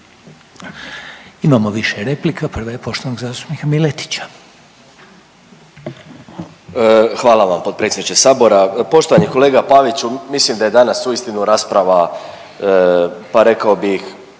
Imamo više replika. Prva je poštovanog zastupnika Miletića. **Miletić, Marin (MOST)** Hvala vam potpredsjedniče Sabora. Poštovani kolega Paviću, mislim da je danas uistinu rasprava pa rekao bih,